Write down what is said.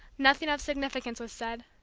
nothing of significance was said.